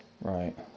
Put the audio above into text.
Right